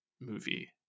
movie